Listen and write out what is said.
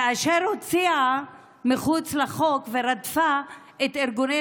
כאשר הוציאה מחוץ לחוק ורדפה את ארגוני